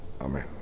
Amen